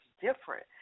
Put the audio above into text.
different